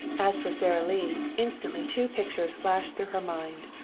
as for sara lee, instantly two pictures flashed through her mind,